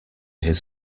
his